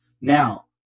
now